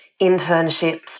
internships